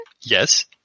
yes